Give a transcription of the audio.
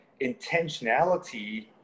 intentionality